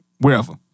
wherever